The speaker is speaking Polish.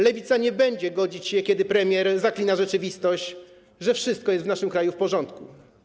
Lewica nie będzie godzić się, kiedy premier zaklina rzeczywistość, że wszystko jest w naszym kraju w porządku.